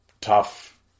tough